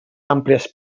àmplies